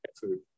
food